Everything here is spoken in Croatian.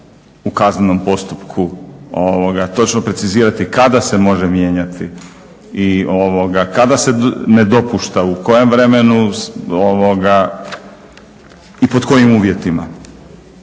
u kaznenom postupku, točno precizirati kada se može mijenjati i kada se ne dopušta, u kojem vremenu i pod kojim uvjetima.